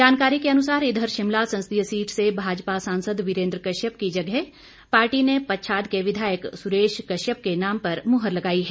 जानकारी के अनुसार इधर शिमला संसदीय सीट से भाजपा सांसद वीरेंद्र कश्यप की जगह पार्टी ने पच्छाद के विधायक सुरेश कश्यप के नाम पर मुहर लगाई है